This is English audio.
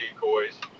decoys